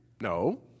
no